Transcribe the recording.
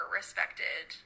respected